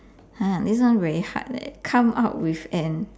!huh! this one very hard [leh]come up with an